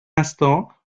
instant